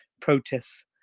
protests